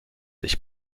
dich